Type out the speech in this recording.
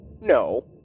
no